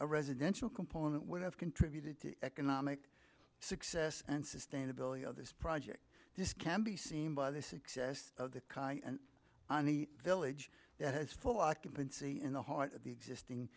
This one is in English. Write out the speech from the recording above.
a residential component would have contributed to economic success and sustainability of this project this can be seen by the success of the car on the village that has full occupancy in the heart of the existing